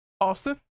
Austin